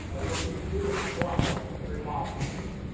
the worst thing you can do is pull out money at the very bottom. yeah